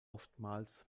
oftmals